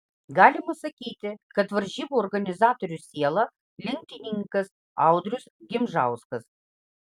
galima sakyti kad varžybų organizatorių siela lenktynininkas audrius gimžauskas